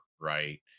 right